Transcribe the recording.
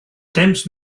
temps